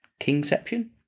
Kingception